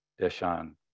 Deshan